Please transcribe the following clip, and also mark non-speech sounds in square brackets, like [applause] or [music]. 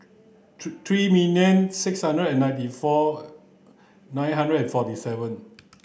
[unintelligible] three million six hundred and ninety four nine hundred and forty seven